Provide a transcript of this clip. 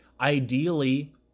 ideally